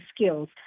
skills